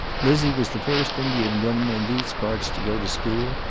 lizzie was the first indian woman in these parts to go to school,